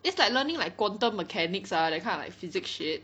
it's like learning like quantum mechanics ah that kind of like physics shit